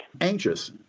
Anxious